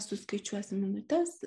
suskaičiuos minutes